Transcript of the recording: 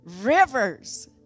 rivers